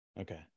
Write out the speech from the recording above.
Okay